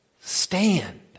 stand